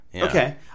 Okay